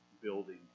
building